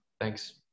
thanks